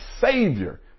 savior